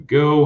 go